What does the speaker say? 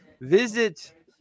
Visit